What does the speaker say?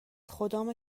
خدامه